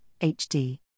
HD